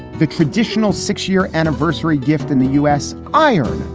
the traditional six year anniversary gift in the u s. ion.